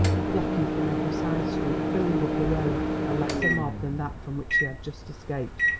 flocking from every side street, filling up the road! a lesser mob than that from which she had just escaped,